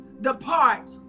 depart